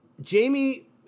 Jamie